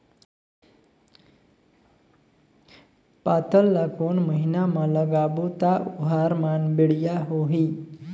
पातल ला कोन महीना मा लगाबो ता ओहार मान बेडिया होही?